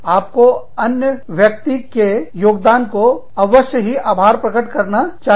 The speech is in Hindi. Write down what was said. आपको अन्य व्यक्ति के योगदान को अवश्य ही आभार प्रकट करना चाहिए